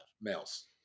males